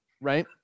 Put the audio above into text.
right